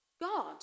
God